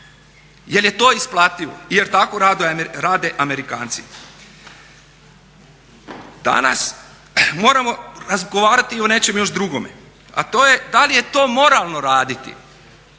Jel' je to isplativo? Jer tako rade Amerikanci. Danas moramo razgovarati i o nečemu još drugome, a to je da li je to moralno raditi.